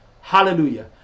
Hallelujah